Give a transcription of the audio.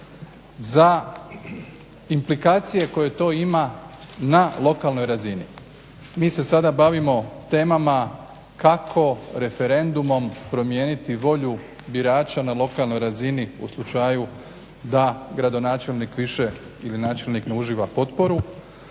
za implikacije koje to ima na lokalnoj razini. Mi se sada bavimo temama kako referendumom promijeniti volju birača na lokalnoj razini u slučaju da gradonačelnik više ili načelnik ne uživa potporu,